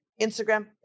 Instagram